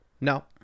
No